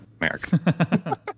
america